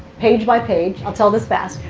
page by page i'll tell this fast.